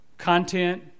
Content